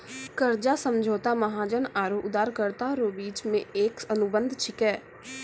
कर्जा समझौता महाजन आरो उदारकरता रो बिच मे एक अनुबंध छिकै